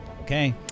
Okay